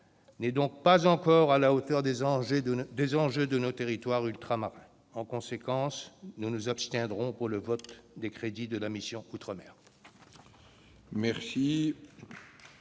n'est pas encore à la hauteur des enjeux de nos territoires ultramarins. En conséquence, nous nous abstiendrons sur les crédits de la mission.